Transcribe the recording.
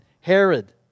Herod